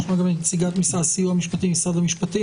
נשמע גם את נציגת הסיוע המשפטי ממשרד המשפטים,